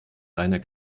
reiner